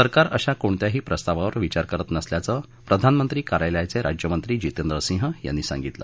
सरकार अशा कोणत्याही प्रस्तावावर विचार करत नसल्याचं प्रधानमंत्री कार्यालयाचे राज्यमंत्री जितेंद्र सिंह यांनी सांगितलं